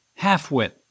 halfwit